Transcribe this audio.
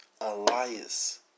Elias